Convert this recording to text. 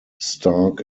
stark